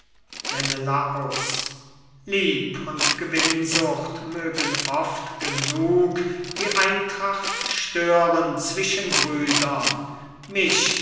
menelaus lieb und gewinnsucht mögen oft genug die eintracht stören zwischen brüdern mich